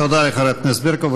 תודה לחברת הכנסת ברקו.